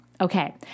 Okay